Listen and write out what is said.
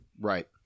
Right